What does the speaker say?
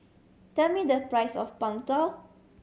tell me the price of Png Tao